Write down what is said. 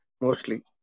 mostly